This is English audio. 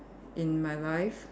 in my life